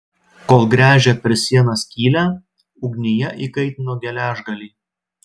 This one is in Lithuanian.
kol gręžė per sieną skylę ugnyje įkaitino geležgalį